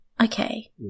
Okay